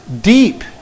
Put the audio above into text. deep